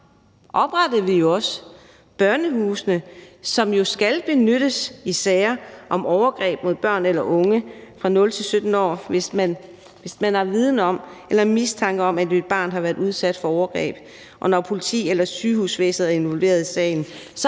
oprettede vi jo også børnehusene, som skal benyttes i sager om overgreb mod børn eller unge fra 0-17 år, hvis man har viden om eller mistanke om, at et barn har været udsat for overgreb. Og når politi eller sygehusvæsen er involveret i sagen,